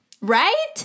Right